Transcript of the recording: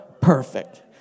perfect